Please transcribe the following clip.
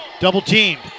double-teamed